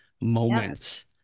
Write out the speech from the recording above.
moments